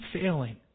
failing